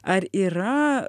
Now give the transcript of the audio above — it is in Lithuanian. ar yra